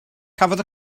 cafodd